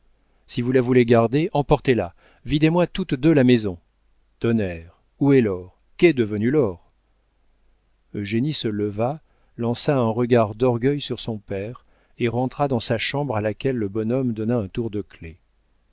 si vous la voulez garder emportez-la videz moi toutes deux la maison tonnerre où est l'or qu'est devenu l'or eugénie se leva lança un regard d'orgueil sur son père et rentra dans sa chambre à laquelle le bonhomme donna un tour de clef